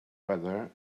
whether